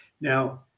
Now